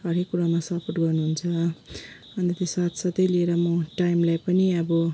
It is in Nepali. हरेक कुरामा सपोर्ट गर्नुहुन्छ अनि त्यो साथ साथै लिएर म टाइमलाई पनि अब